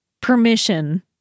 permission